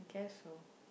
guess so